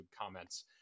comments